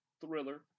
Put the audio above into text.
thriller